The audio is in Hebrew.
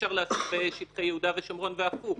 אפשר לעשות בשטחי יהודה ושומרון והפוך.